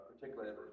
particularly